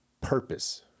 purpose